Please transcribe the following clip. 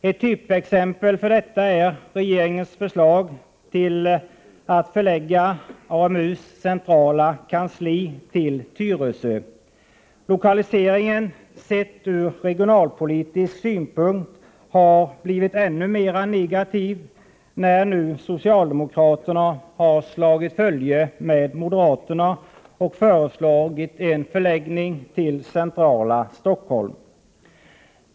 Ett typexempel för detta är regeringens förslag att förlägga AMU:s centrala kansli till Tyresö. Lokaliseringen, sedd från regionalpolitisk synpunkt, har blivit ännu mera negativ nu när socialdemokraterna slagit följe med moderaterna och föreslår en förläggning till centrala Stockholm.